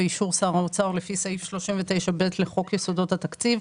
באישור שר האוצר לפי סעיף 39ב לחוק יסודות התקציב,